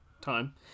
Time